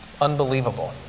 unbelievable